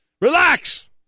Relax